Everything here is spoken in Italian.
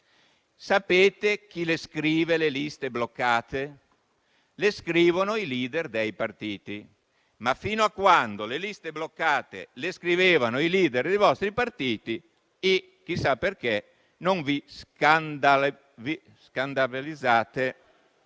Sapete chi scrive le liste bloccate? Le scrivono i *leader* dei partiti. Ma, fino a quando le liste bloccate le scrivono i *leader* dei vostri partiti - chissà perché - non vi scandalizzate del